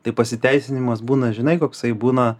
tai pasiteisinimas būna žinai koksai būna